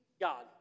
God